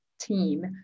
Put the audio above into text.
team